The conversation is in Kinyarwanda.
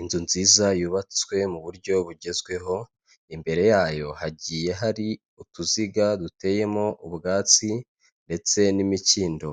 Inzu nziza yubatswe mu buryo bugezweho imbere yayo hagiye hari utuziga duteyemo ubwatsi ndetse n'imikindo,